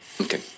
Okay